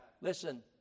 Listen